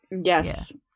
yes